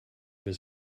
his